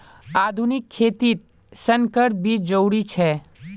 आधुनिक खेतित संकर बीज जरुरी छे